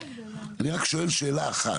אני רק שואל שאלה אחת,